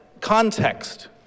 context